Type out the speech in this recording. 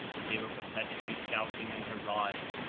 that they were perpetually shouting and hurrahing,